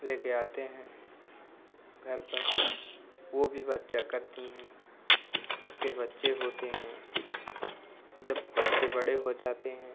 लेकर आते हैं घर पर वह भी बच्चा करती हैं उसके बच्चे होते हैं जब बच्चे बड़े हो जाते हैं